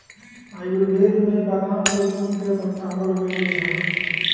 आयुर्वेद में बादाम के गुण के समझावल गैले है